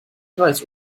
reis